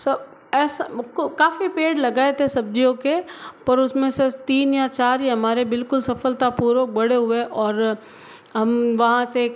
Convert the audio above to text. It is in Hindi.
सब ऐसा काफ़ी पेड़ लगाए थे सब्ज़ियों के पर उसमें सिर्फ़ तीन या चार ही हमारे बिल्कुल सफ़लता पूर्वक बड़े हुए और हम वहाँ से